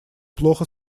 плохо